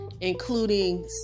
including